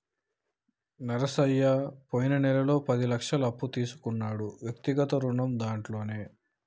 నరసయ్య పోయిన నెలలో పది లక్షల అప్పు తీసుకున్నాడు వ్యక్తిగత రుణం దాంట్లోనే